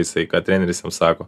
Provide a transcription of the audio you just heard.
jisai ką treneris jam sako